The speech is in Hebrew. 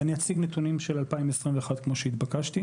ואני אציג נתונים של 2021, כמו שהתבקשתי.